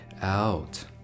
out